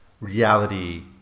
reality